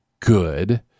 good